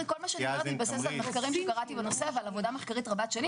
כל מה שאמרתי מתבסס על מחקרים שקראתי בנושא ועל עבודה מחקרית רבת שנים.